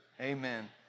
amen